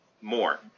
more